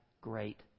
great